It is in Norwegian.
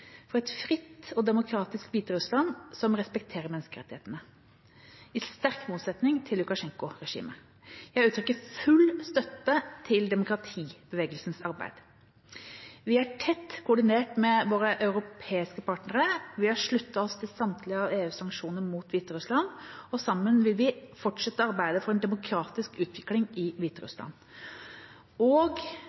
for et fritt og demokratisk Hviterussland som respekterer menneskerettighetene, i sterk motsetning til Lukasjenko-regimet. Jeg vil uttrykke full støtte til demokratibevegelsens arbeid. Vi er tett koordinert med våre europeiske partnere. Vi har sluttet oss til samtlige av EUs sanksjoner mot Hviterussland, og sammen vil vi fortsette arbeidet for en demokratisk utvikling i Hviterussland. Vi vil fortsette å støtte demokratibevegelsen og